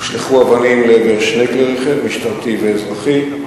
הושלכו אבנים לעבר שני כלי-רכב, משטרתי ואזרחי.